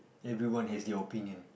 everyone has their opinion